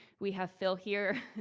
we have phil here.